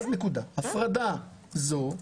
הפרדה זו,